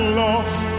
lost